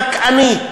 הדכאנית,